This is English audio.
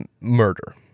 murder